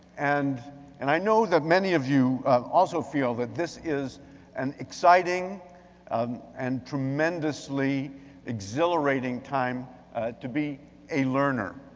and and i know that many of you also feel that this is an exciting um and tremendously exhilarating time to be a learner.